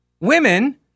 Women